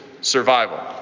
survival